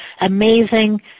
amazing